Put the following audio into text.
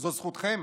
זו זכותכם